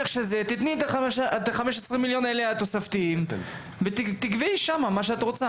תתני את 15 המיליון התוספתיים האלה ותקבעי שם מה שאת רוצה.